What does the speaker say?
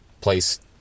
place